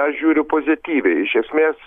aš žiūriu pozityviai iš esmės